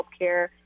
healthcare